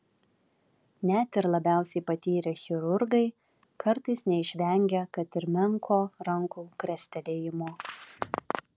net ir labiausiai patyrę chirurgai kartais neišvengia kad ir menko rankų krestelėjimo